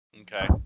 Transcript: Okay